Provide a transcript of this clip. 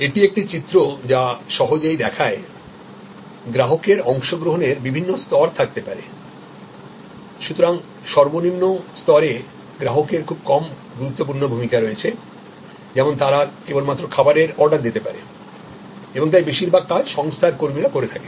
এটি একটি চিত্র যা সহজেই দেখায় গ্রাহকের অংশগ্রহণের বিভিন্ন স্তর থাকতে পারে সুতরাং সর্বনিম্ন স্তরে গ্রাহকের খুব কম গুরুত্বপূর্ণ ভূমিকা রয়েছে যেমন তারা কেবলমাত্র খাবারের অর্ডার দিতে পারেন এবং তাই বেশিরভাগ কাজ সংস্থার কর্মীরা করে থাকেন